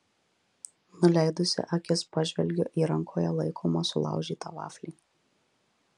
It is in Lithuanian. nuleidusi akis pažvelgiu į rankoje laikomą sulaužytą vaflį